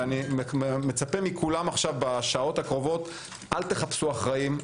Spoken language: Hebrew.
אני מצפה מכולם בשעות הקרובות, אל תחפשו אחראים.